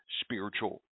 spiritual